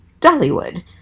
Dollywood